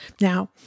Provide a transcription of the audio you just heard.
Now